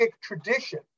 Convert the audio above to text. tradition